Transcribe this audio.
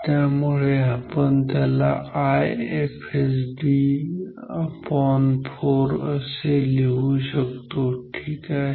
त्यामुळे आपण त्याला IFSD 4 असे लिहू शकतो ठीक आहे